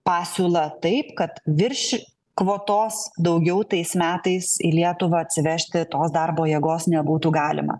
pasiūlą taip kad virš kvotos daugiau tais metais į lietuvą atsivežti tos darbo jėgos nebūtų galima